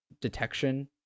detection